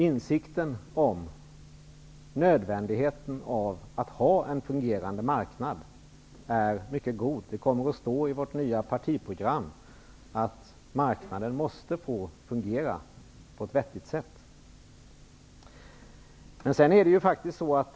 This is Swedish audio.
Insikten om nödvändigheten av att ha en fungerande marknad är mycket god. Det kommer att stå i vårt nya partiprogram att marknaden måste få fungera på ett vettigt sätt.